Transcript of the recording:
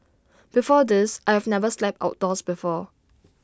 before this I've never slept outdoors before